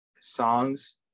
songs